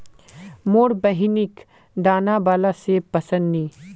मोर बहिनिक दाना बाला सेब पसंद नी